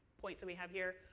points we have here,